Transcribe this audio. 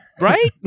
right